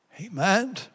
Amen